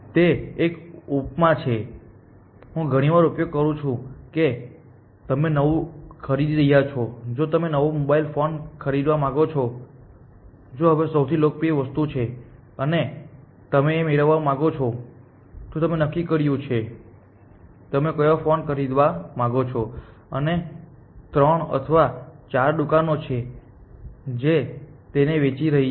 તે એક ઉપમા છે કે હું ઘણીવાર ઉપયોગ કરું છું કે તમે નવું ખરીદી રહ્યા છો જો તમે નવો મોબાઇલ ફોન ખરીદવા માંગો છો જે હવે સૌથી લોકપ્રિય વસ્તુ છે અને તમે એ મેળવવા માંગો છો તો તમે નક્કી કર્યું છે કે તમે કયો ફોન ખરીદવા માંગો છો અને ત્રણ અથવા ચાર દુકાનો છે જે તેને વેચી રહી છે